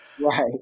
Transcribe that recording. Right